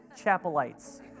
chapelites